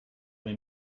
mes